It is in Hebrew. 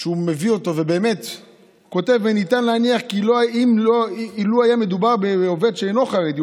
שהוא מביא וכותב: ניתן להניח כי לו היה מדובר בעובד שאינו חרדי,